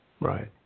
Right